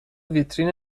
ویترین